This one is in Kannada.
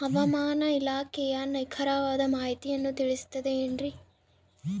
ಹವಮಾನ ಇಲಾಖೆಯ ನಿಖರವಾದ ಮಾಹಿತಿಯನ್ನ ತಿಳಿಸುತ್ತದೆ ಎನ್ರಿ?